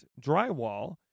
drywall